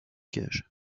gages